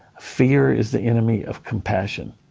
fear is the enemy of compassion.